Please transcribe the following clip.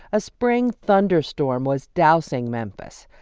a spring thunderstorm was dousing memphis.